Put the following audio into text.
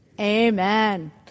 Amen